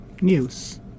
news